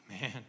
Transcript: man